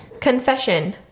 Confession